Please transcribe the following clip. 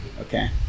Okay